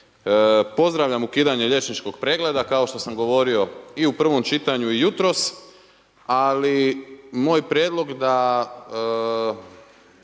pozdravljam ukidanje liječničkog pregleda kao što sam govorio i u prvom čitanju i jutros, ali moj prijedlog da